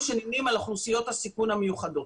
שנמנים על אוכלוסיות הסיכון המיוחדות,